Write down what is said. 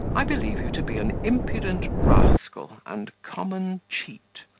i believe you to be an impudent rascal and common cheat.